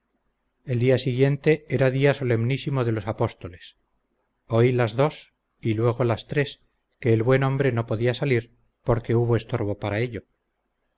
el día siguiente era día solemnísimo de los apóstoles oí las dos y luego las tres que el buen hombre no podía salir porque hubo estorbo para ello